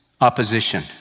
opposition